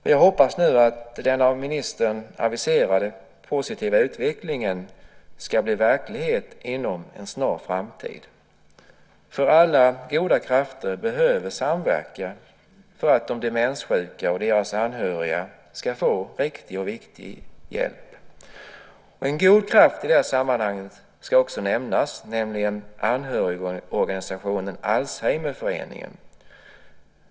Jag hoppas nu att den av ministern aviserade positiva utvecklingen ska bli verklighet inom en snar framtid. För alla goda krafter behöver samverka för att de demenssjuka och deras anhöriga ska få riktig och viktig hjälp. En god kraft i det här sammanhanget ska också nämnas, nämligen anhörigorganisationen Alzheimerföreningen.